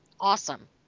Awesome